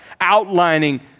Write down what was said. outlining